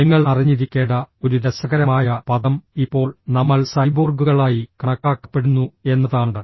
നിങ്ങൾ അറിഞ്ഞിരിക്കേണ്ട ഒരു രസകരമായ പദം ഇപ്പോൾ നമ്മൾ സൈബോർഗുകളായി കണക്കാക്കപ്പെടുന്നു എന്നതാണ്